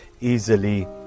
easily